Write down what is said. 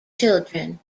children